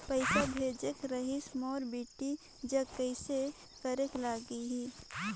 पइसा भेजेक रहिस मोर बेटी जग कइसे करेके लगही?